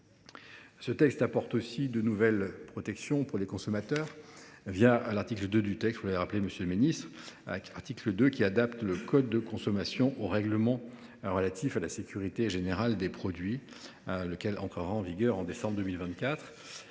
Ce texte apporte aussi de nouvelles protections pour les consommateurs, l’article 2, qui adapte le code de la consommation au règlement relatif à la sécurité générale des produits. Ce dernier entrera en vigueur au mois de décembre 2024.